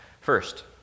First